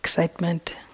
excitement